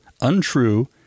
untrue